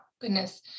goodness